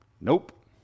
Nope